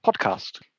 podcast